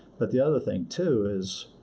but the other thing, too, is